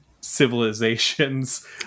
civilizations